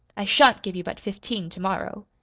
i shan't give you but fifteen tomorrow.